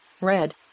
Red